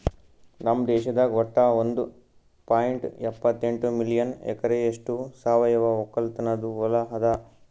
ನಮ್ ದೇಶದಾಗ್ ವಟ್ಟ ಒಂದ್ ಪಾಯಿಂಟ್ ಎಪ್ಪತ್ತೆಂಟು ಮಿಲಿಯನ್ ಎಕರೆಯಷ್ಟು ಸಾವಯವ ಒಕ್ಕಲತನದು ಹೊಲಾ ಅದ